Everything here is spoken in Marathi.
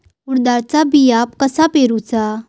उडदाचा बिया कसा पेरूचा?